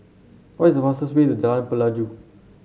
what is the fastest way to Jalan Pelajau